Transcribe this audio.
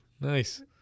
Nice